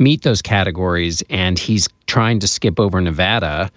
meet those categories. and he's trying to skip over nevada,